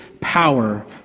power